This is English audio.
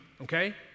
okay